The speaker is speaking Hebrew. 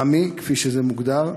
עמ"י, כפי שזה מוגדר,